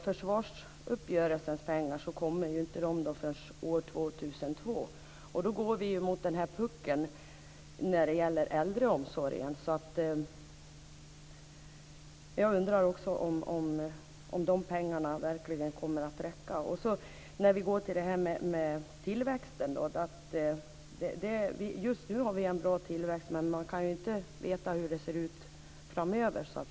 Försvarsuppgörelsens pengar kommer inte förrän år 2002. Då går vi mot den här puckeln i äldreomsorgen. Jag undrar om dessa pengar verkligen kommer att räcka. Just nu har vi en bra tillväxt, men man kan inte veta hur det kommer att se ut framöver.